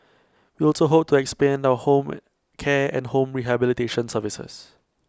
we also hope to expand our home care and home rehabilitation services